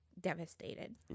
devastated